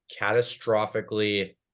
catastrophically